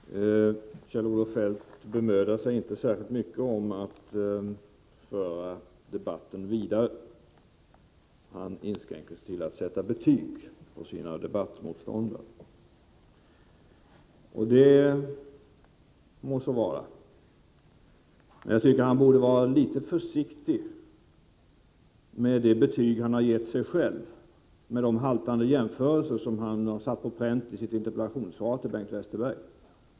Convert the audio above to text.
Herr talman! Kjell-Olof Feldt bemödar sig inte särskilt mycket om att föra debatten vidare. Han inskränker sig till att sätta betyg på sina debattmotståndare. Det må så vara, men jag tycker att han borde vara litet försiktigare med de betyg han har gett sig själv, med tanke på de haltande jämförelser han har satt på pränt i interpellationssvaret till Bengt Westerberg.